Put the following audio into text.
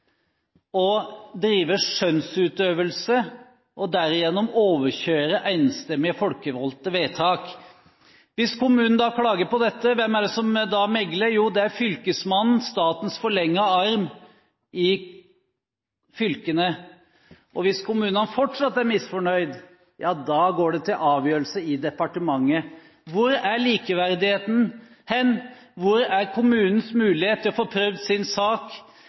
drive skjønnsutøvelse og derigjennom overkjøre folkevalgtes enstemmige vedtak. Hvis kommunen klager på dette, hvem er det som da megler? Jo, det er Fylkesmannen, statens forlengede arm i fylkene. Hvis kommunen fortsatt er misfornøyd, går det til avgjørelse i departementet. Hvor er likeverdigheten hen? Hvor er kommunens mulighet til å få prøvd sin sak?